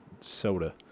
soda